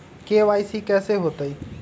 KYC कैसे होतई?